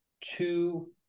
two